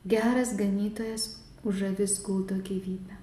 geras ganytojas už avis guldo gyvybę